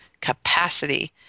capacity